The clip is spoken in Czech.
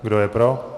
Kdo je pro?